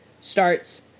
starts